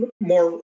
more